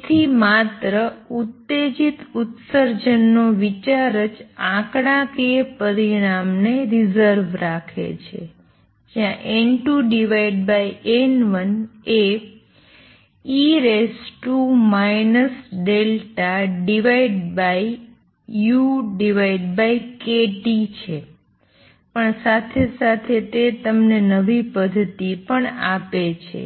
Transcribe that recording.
તેથી માત્ર ઉત્તેજીત ઉત્સર્જનનો વિચાર જ આંકડાકીય પરિણામને રિજર્વ રાખે છે જ્યાં N2 N1 એ e ukT છે પણ સાથે સાથે તે તમને નવી પદ્ધતિ પણ આપે છે